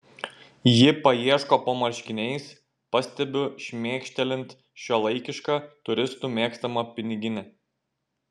ji paieško po marškiniais pastebiu šmėkštelint šiuolaikišką turistų mėgstamą piniginę